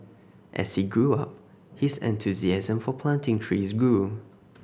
as he grew up his enthusiasm for planting trees grew